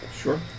Sure